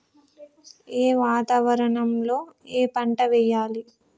ఏ వాతావరణం లో ఏ పంట వెయ్యాలి?